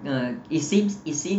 uh it seems it seems that